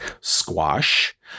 squash